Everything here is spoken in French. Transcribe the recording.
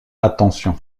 attention